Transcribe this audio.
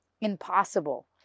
impossible